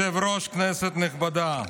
אדוני היושב-ראש, כנסת נכבדה,